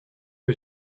que